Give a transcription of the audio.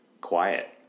quiet